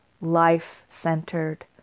life-centered